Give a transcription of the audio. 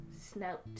Snout